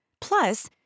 Plus